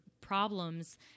problems